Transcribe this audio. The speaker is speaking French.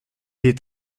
est